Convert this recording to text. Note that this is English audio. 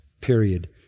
period